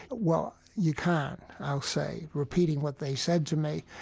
well, you can, i'll say, repeating what they said to me.